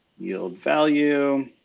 yield value.